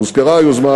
הוזכרה היוזמה,